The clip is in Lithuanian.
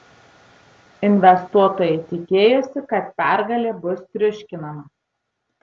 investuotojai tikėjosi kad pergalė bus triuškinama